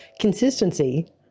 consistency